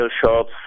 shops